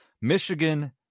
Michigan